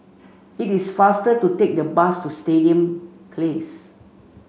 it is faster to take the bus to Stadium Place